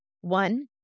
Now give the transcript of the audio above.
One